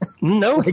No